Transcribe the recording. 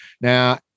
Now